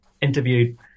interviewed